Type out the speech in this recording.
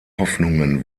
hoffnungen